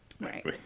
right